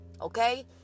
Okay